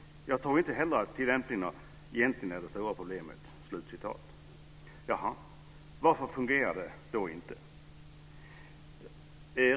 Jag tror inte heller att tillämpningen egentligen är det stora problemet. Jaha, varför fungerar det då inte?